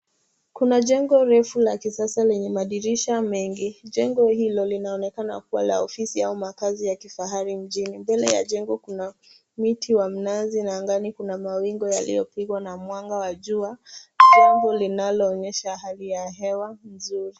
Kuna jengo refu la kisasa lenye madirisha mengi. Jengo hilo linaonekana kuwa la ofisi au makazi ya kifahari mjini. Mbele ya jengo kuna mti wa mnasi na angani kuna mawingu yaliyo pigwa na mwanga wa jua jambo linaloonyesha hali ya hewa nzuri.